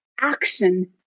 Action